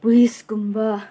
ꯄꯨꯂꯤꯁꯀꯨꯝꯕ